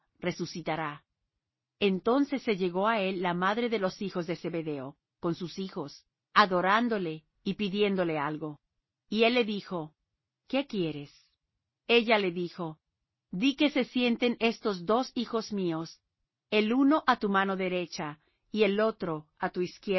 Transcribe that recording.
resucitará entonces se llegó á él la madre de los hijos de zebedeo con sus hijos adorándo le y pidiéndole algo y él le dijo qué quieres ella le dijo di que se sienten estos dos hijos míos el uno á tu mano derecha y el otro á tu